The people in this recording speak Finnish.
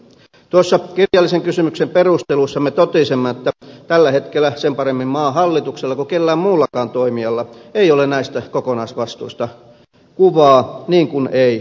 tuossa kirjallisen kysymyksen perusteluissa me totesimme että tällä hetkellä sen paremmin maan hallituksella kuin kellään muullakaan toimijalla ei ole näistä kokonaisvastuista kuvaa niin kuin ei olekaan